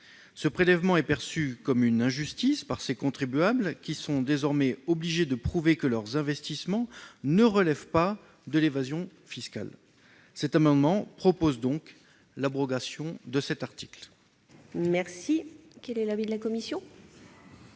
Ce prélèvement est ressenti comme une injustice par ces contribuables qui sont désormais obligés de prouver que leurs investissements ne relèvent pas de l'évasion fiscale. Cet amendement tend donc à l'abrogation de cet article.